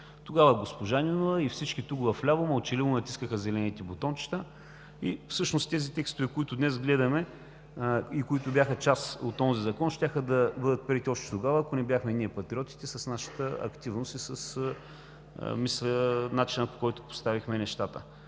Тогава госпожа Нинова и всички тук вляво мълчаливо натискаха зелените бутончета. Тези текстове, които днес гледаме и които бяха част от онзи закон, щяха да бъдат приети още тогава, ако не бяхме ние, Патриотите, с нашата активност и с начина, по който поставихме нещата.